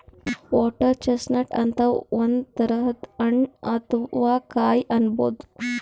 water chestnut ಅಂತ್ ಒಂದ್ ತರದ್ ಹಣ್ಣ್ ಅಥವಾ ಕಾಯಿ ಅನ್ಬಹುದ್